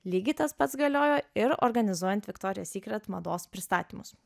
lygiai tas pats galiojo ir organizuojant viktorijos sykret mados pristatymus